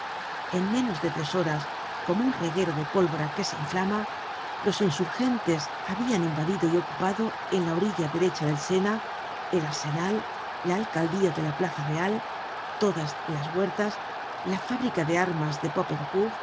en menos de tres horas como un reguero de pólvora que se inflama los insurgentes habian invadido y ocupado en la orilla derecha del sena el arsenal la alcaldía de la plaza real todas las huertas la fábrica de armas de popincourt